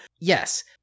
Yes